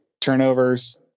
turnovers